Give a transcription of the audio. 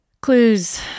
Clues